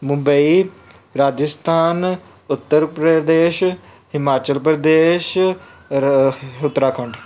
ਮੁੰਬਈ ਰਾਜਸਥਾਨ ਉੱਤਰ ਪ੍ਰਦੇਸ਼ ਹਿਮਾਚਲ ਪ੍ਰਦੇਸ਼ ਰਾ ਉੱਤਰਾਖੰਡ